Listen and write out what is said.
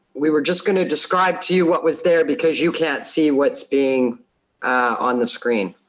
we were just gonna describe to you what was there because you can't see what's being on the screen.